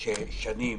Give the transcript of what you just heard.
שבע שנים,